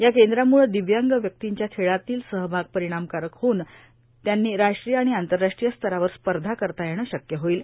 या केंद्रामुळं दिव्यांग व्यक्तींच्या खेळातील सहभाग परिणामकारक होऊन त्यांनी राष्ट्रीय आणि आंतरराष्ट्रीय स्तरावर स्पर्धा करता येण शक्य होईल